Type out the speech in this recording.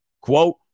quote